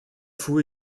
fou